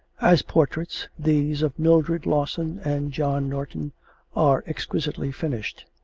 as portraits, these of mildred lawson and john norton are exquisitely finished.